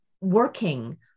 working